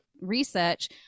research